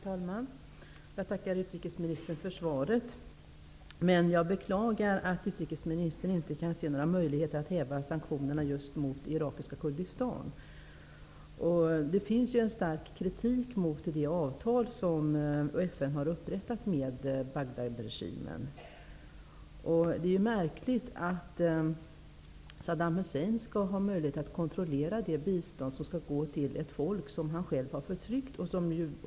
Herr talman! Jag tackar utrikesministern för svaret. Men jag beklagar att utrikesministern inte kan se några möjligheter att häva sanktionerna mot just irakiska Kurdistan. Det förekommer en stark kritik mot det avtal som FN har upprättat med Bagdadregimen. Det är märkligt att Saddam Hussein skall ha möjlighet att kontrollera det bistånd som skall gå till ett folk som han själv har förtryckt.